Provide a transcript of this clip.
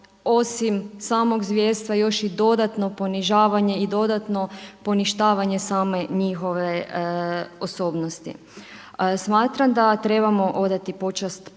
osim samog zvjerstva još i dodatno ponižavanje i dodatno poništavanje same njihove osobnosti. Smatram da trebamo odati počast povijesti.